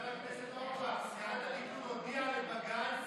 חבר הכנסת אורבך, סיעת הליכוד הודיעה לבג"ץ